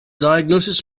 diagnosis